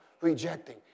rejecting